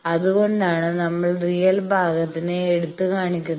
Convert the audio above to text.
അതുകൊണ്ടാണ് നമ്മൾ റിയൽ ഭാഗത്തിനെ എടുത്തുകാണിക്കുന്നത്